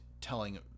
telling